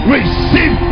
Receive